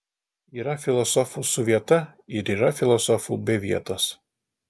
yra filosofų su vieta ir yra filosofų be vietos